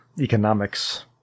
economics